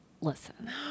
listen